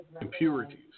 impurities